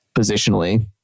positionally